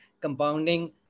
compounding